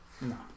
No